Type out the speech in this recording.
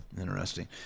Interesting